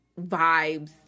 vibes